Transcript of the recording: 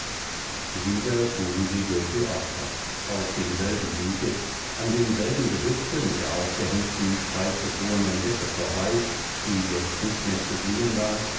wieder fuhren sie durch die ortschaft auf demselben wege an demselben gehöfte mit der aufgehängten steif gefrorenen wäsche vorbei die jetzt nicht mehr zu sehen war